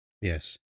Yes